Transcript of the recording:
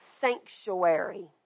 sanctuary